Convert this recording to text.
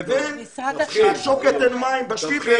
לבין זה שבשוקת אין מים.